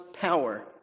power